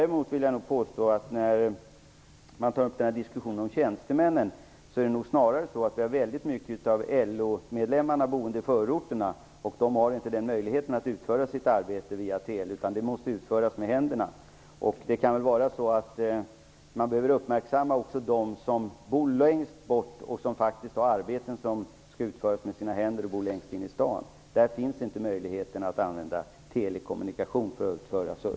Eva Zetterberg talar om tjänstemän som kunde stanna hemma. Det är nog snarare så att det just är många av LO-medlemmarna som bor i förorterna, och de har inte en möjlighet att utföra sitt arbete via telekommunikationer, utan arbetet måste utföras med händerna. Man behöver uppmärksamma också dem som bor längst bort och har arbeten inne i staden som måste utföras med händer. De har inte möjligheter att använda telekommunikationer.